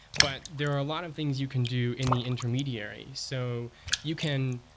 but there are a lot of things you can do in the intermediary. so you can,